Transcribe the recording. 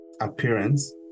appearance